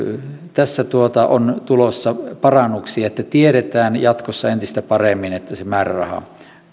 tässä on tulossa parannuksia että tiedetään jatkossa entistä paremmin että se määräraha